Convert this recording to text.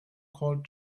called